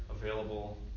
available